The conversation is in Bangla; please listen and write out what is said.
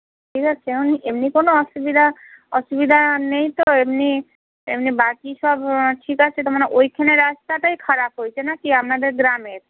ঠিক আছে এমনি কোনো অসুবিধা অসুবিধা নেই তো এমনি এমনি বাকি সব ঠিক আছে তো মানে ওইখানের রাস্তাটাই খারাপ হয়েছে না কি আপনাদের গ্রামের